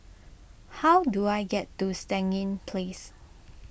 how do I get to Stangee Place